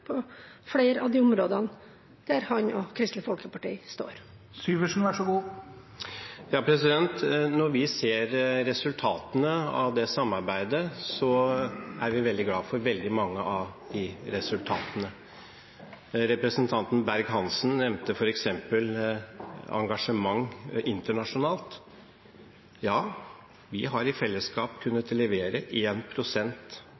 på flere av områdene der han og Kristelig Folkeparti står? Når vi ser resultatene av det samarbeidet, er vi veldig glad for mange av dem. Representanten Berg-Hansen nevnte f.eks. engasjement internasjonalt. Ja, vi har i fellesskap